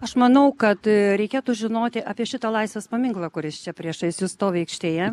aš manau kad reikėtų žinoti apie šitą laisvės paminklą kuris čia priešais jus stovi aikštėje